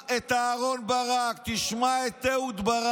אמסלם, רק אתם עושים דברים לא לגיטימיים.